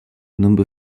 number